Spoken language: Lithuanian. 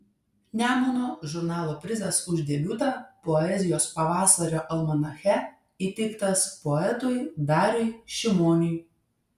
nemuno žurnalo prizas už debiutą poezijos pavasario almanache įteiktas poetui dariui šimoniui